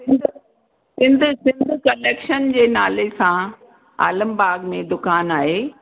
इंद इंद्रजिंद कलेक्शन जे नाले सां आलम बाग में दुकान आहे